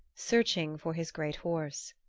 searching for his great horse.